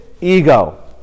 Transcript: ego